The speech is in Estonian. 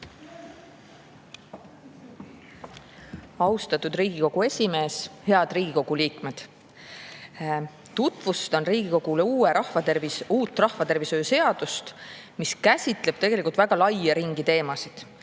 Austatud Riigikogu esimees! Head Riigikogu liikmed! Tutvustan Riigikogule uut rahvatervishoiu seadust, mis käsitleb tegelikult väga laia ringi teemasid.